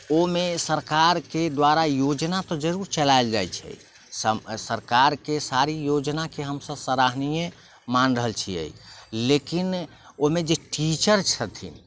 ओहिमे सरकारके द्वारा योजना तऽ जरूर चलाएल जाइ छै सम सरकारके सारी योजनाके हमसब सराहनीय मानि रहल छिए लेकिन ओहिमे जे टीचर छथिन